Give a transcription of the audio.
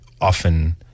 often